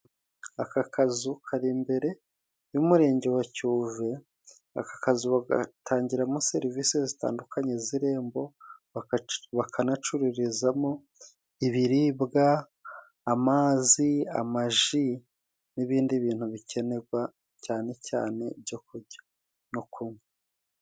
Aka kazu kari imbere y'umurenge wa Cyuve, aka kazu bagatangiramo serivisi zitandukanye z'irembo, bakanacururizamo ibiribwa, amazi, amaji, n'ibindi bintu bikeneGwa cyane cyane ibyo kuJya no kunywa.